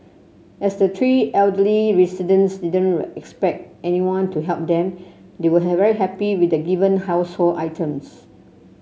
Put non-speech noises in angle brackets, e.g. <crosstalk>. as the three elderly residents didn't <unintelligible> didn't expect anyone to help them they were very happy with the given household items